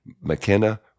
McKenna